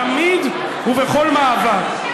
תמיד ובכל מאבק.